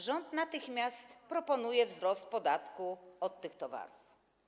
Rząd natychmiast proponuje wzrost podatku od tych towarów.